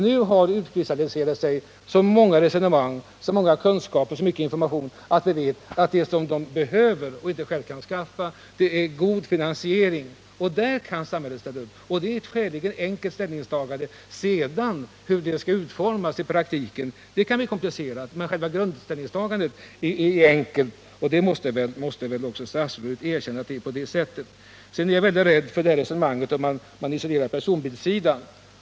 Nu har så många resonemang, så mycket kunskap och information utkristalliserats att vi vet att det bilindustrin behöver, men inte själv kan skaffa, är god finansiering. Där kan samhället ställa upp. Det är ett skäligen enkelt ställningstagande. Hur det sedan skall utformas i praktiken kan bli komplicerat, men själva grundställningstagandet är enkelt, och det måste väl ändå statsrådet erkänna. Jag är också rädd för det resonemang där man isolerar personbilssidan.